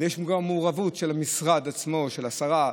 יש את המעורבות של המשרד עצמו, של השרה.